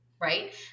right